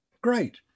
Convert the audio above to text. Great